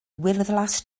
wyrddlas